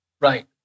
Right